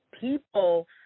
people